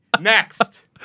next